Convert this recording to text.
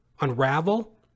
unravel